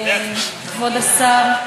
כבוד השר,